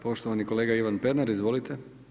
Poštovani kolega Ivan Pernar, izvolite.